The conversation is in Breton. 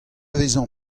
vezañ